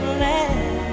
land